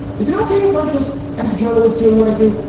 is it okay if i just as a journalist doing what i do?